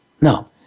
No